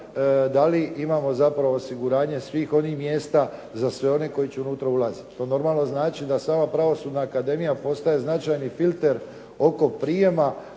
da li imamo osiguranje svih onih mjesta za sve one koji će unutra ulaziti. To naravno znači da ova Pravosudna akademija postaje značajni filter oko prijema